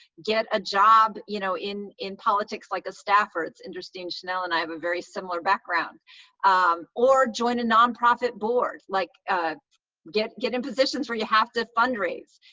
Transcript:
get a job you know in in politics, like a staffer it's interesting, shanelle and i have a very similar background or join a non-profit board like get get in positions where you have to fundraise.